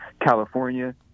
California